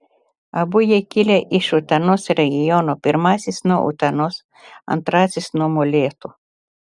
abu jie kilę iš utenos regiono pirmasis nuo utenos antrasis nuo molėtų